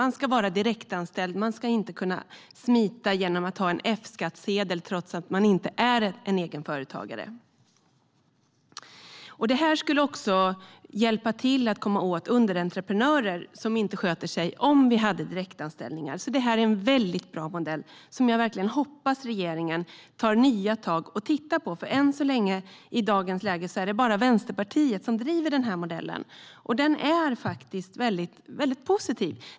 Man ska vara direktanställd, och det ska inte gå att smita genom att ha en F-skattsedel trots att man inte är egenföretagare. Om vi hade direktanställningar skulle det också hjälpa för att komma åt underentreprenörer som inte sköter sig. Det är en alltså en väldigt bra modell som jag verkligen hoppas att regeringen tar nya tag och tittar på. I dagens läge är det nämligen bara Vänsterpartiet som driver denna modell, och den är faktiskt väldigt positiv.